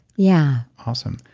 yeah. awesome.